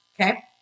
Okay